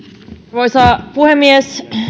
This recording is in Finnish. arvoisa puhemies